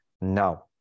Now